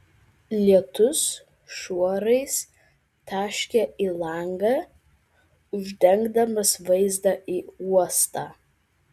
lietus šuorais taškė į langą uždengdamas vaizdą į uostą